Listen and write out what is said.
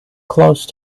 close